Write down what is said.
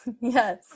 yes